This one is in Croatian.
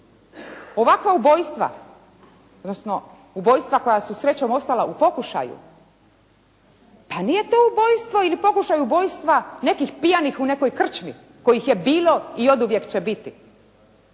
Ovakva ubojstva, odnosno ubojstva koja su srećom ostala u pokušaju, pa nije to ubojstvo ili pokušaj ubojstva nekih pijanih u nekoj krčmi kojih je bilo i oduvijek će biti.